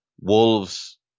Wolves